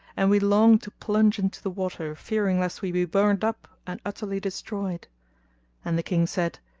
and we longed to plunge into the water fearing lest we be burnt up and utterly destroyed and the king said,